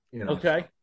Okay